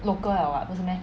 local liao [what] 不是 meh